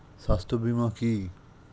স্বাস্থ্য বীমা কি?